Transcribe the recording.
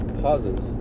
pauses